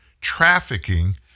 Trafficking